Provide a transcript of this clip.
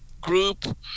group